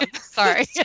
sorry